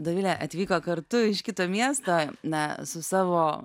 dovilė atvyko kartu iš kito miesto na su savo